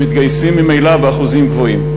שמתגייסים ממילא באחוזים גבוהים.